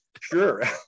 Sure